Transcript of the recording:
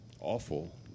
Awful